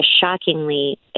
shockingly